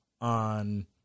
on